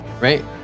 right